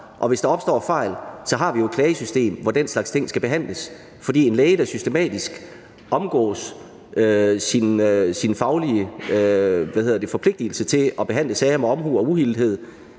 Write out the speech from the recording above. og hvis der opstår fejl, har vi jo et klagesystem, hvor den slags ting skal behandles. En læge, der systematisk omgås sin faglige forpligtelse til at behandle sager med omhu og uhildethed,